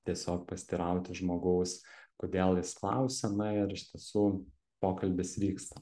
tiesiog pasiteirauti žmogaus kodėl jis klausia na ir iš tiesų pokalbis vyksta